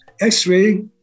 X-ray